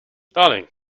darling